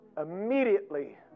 immediately